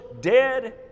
dead